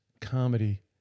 comedy